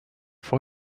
for